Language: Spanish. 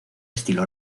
estilo